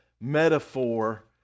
metaphor